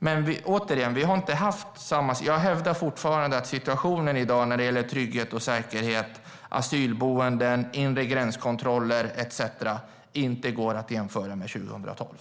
Men återigen: Jag hävdar fortfarande att situationen i dag när det gäller trygghet och säkerhet, asylboenden, inre gränskontroller etcetera inte går att jämföra med 2012.